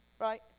Right